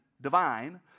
divine